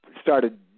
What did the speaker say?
started